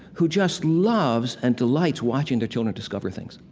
who just loves and delights watching their children discover things.